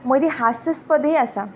मदीं हास्यास्पदय आसा